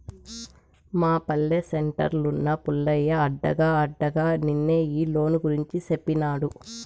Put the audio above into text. మా పల్లె సెంటర్లున్న పుల్లయ్య అడగ్గా అడగ్గా నిన్నే ఈ లోను గూర్చి సేప్పినాడు